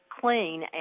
clean